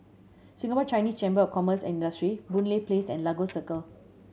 Singapore Chinese Chamber of Commerce Industry Boon Lay Place and Lagos Circle